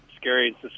scary